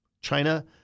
China